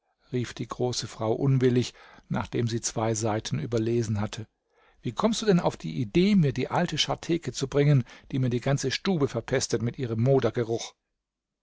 rief die große frau unwillig nachdem sie zwei seiten überlesen hatte wie kommst du denn auf die idee mir die alte scharteke zu bringen die mir die ganze stube verpestet mit ihrem